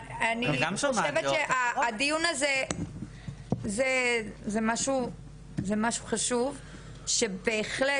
אני חושבת שהדיון הזה זה משהו חשוב שבהחלט